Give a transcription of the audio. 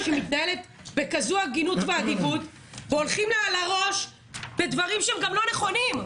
שמתנהלת בכזו הגינות ואדיבות והולכים לה על הראש בדברים לא נכונים.